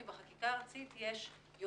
כי בחקיקה הארצית יש יותר